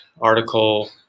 article